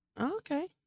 Okay